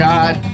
God